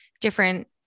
different